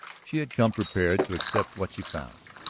she had come prepared to accept what she found,